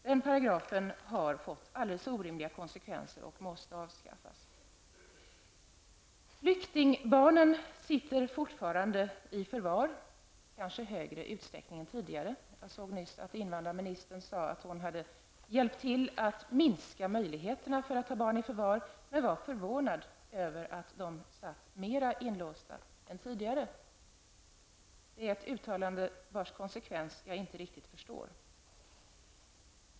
Den paragrafen har fått alldeles orimliga konsekvenser och måste avskaffas. Flyktingbarnen sitter fortfarande i förvar och kanske i ännu högre utsträckning än tidigare. Invandrarministern sade nyss att hon hade hjälpt till att minska möjligheterna att ta barn i förvar, men hon var förvånad över att de satt mer inlåsta än tidigare. Det är ett uttalande vars konsekvens jag inte riktigt förstår.